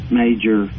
major